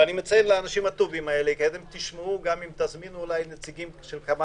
ואני מציין שהם אנשים טובים כי אתם תשמעו אם תזמינו נציגים של כמה